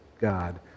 God